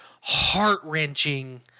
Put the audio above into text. heart-wrenching